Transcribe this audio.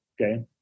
Okay